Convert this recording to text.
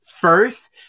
first